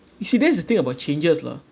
you see that's the thing about changes lah